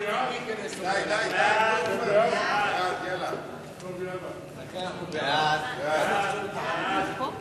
(מס' 8). ההצעה להעביר את הצעת חוק האגודות השיתופיות (מס'